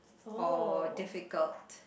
or difficult